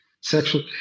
sexual